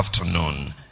afternoon